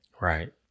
Right